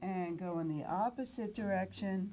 and go in the opposite direction